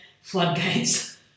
floodgates